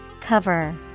Cover